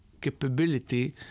capability